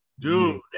Dude